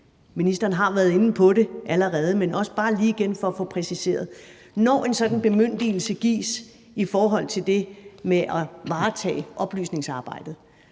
Ministeren har allerede været inde på det, men bare lige igen for at få det præciseret vil jeg høre: Når en sådan bemyndigelse gives i forhold til det med at varetage oplysningsarbejdet,